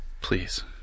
Please